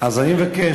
אז אני מבקש,